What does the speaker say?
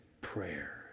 prayer